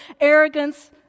arrogance